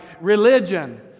religion